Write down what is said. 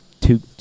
two